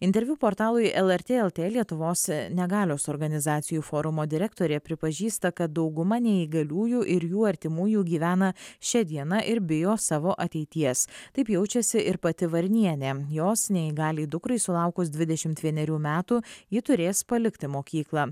interviu portalui lrt lt lietuvos negalios organizacijų forumo direktorė pripažįsta kad dauguma neįgaliųjų ir jų artimųjų gyvena šia diena ir bijo savo ateities taip jaučiasi ir pati varnienė jos neįgaliai dukrai sulaukus dvidešimt vienerių metų ji turės palikti mokyklą